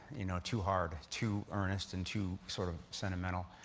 you know too hard. too earnest and too sort of sentimental.